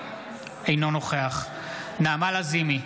אינו נוכח נעמה לזימי,